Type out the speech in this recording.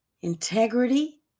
integrity